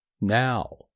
Now